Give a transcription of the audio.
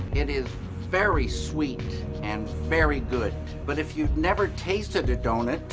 it is very sweet and very good. but if you've never tasted a doughnut,